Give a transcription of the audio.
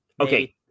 Okay